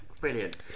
brilliant